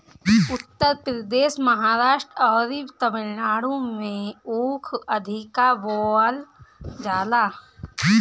उत्तर प्रदेश, महाराष्ट्र अउरी तमिलनाडु में ऊख अधिका बोअल जाला